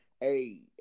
Hey